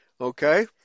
Okay